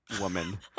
woman